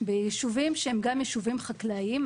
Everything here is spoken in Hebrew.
ביישובים שהם גם יישובים חקלאיים,